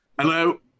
Hello